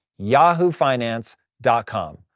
yahoofinance.com